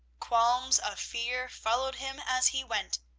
qualms of fear followed him as he went.